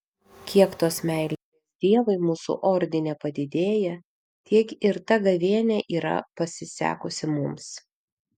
kiek tos meilės dievui mūsų ordine padidėja tiek ir ta gavėnia yra pasisekusi mums